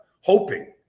hoping